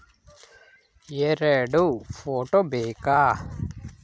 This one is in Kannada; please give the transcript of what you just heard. ಎರಡು ಫೋಟೋ ಬೇಕಾ?